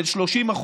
של 30%,